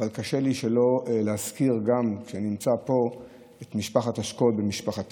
אבל כשאני נמצא פה קשה לי שלא להזכיר גם את משפחת השכול במשפחתנו.